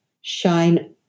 shine